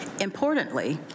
Importantly